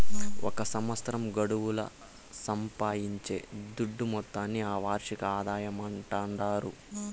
ఒక సంవత్సరం గడువుల సంపాయించే దుడ్డు మొత్తాన్ని ఆ వార్షిక ఆదాయమంటాండారు